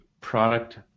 product